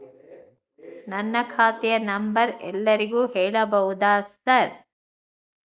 ನನ್ನ ಖಾತೆಯ ನಂಬರ್ ಎಲ್ಲರಿಗೂ ಹೇಳಬಹುದಾ ಸರ್?